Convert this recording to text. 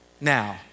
now